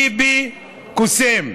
ביבי קוסם.